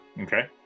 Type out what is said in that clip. Okay